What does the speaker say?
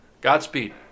Godspeed